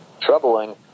troubling